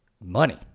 money